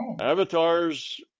Avatars